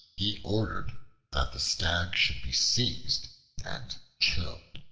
he ordered that the stag should be seized and killed.